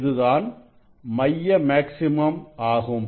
இது தான் மைய மேக்ஸிமம் ஆகும்